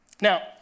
Now